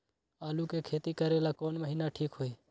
आलू के खेती करेला कौन महीना ठीक होई?